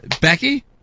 Becky